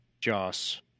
Joss